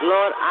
Lord